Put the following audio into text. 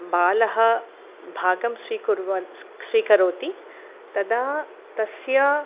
बालः भागं स्वीकुर्वन् स्क् स्वीकरोति तदा तस्य